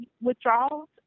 withdrawals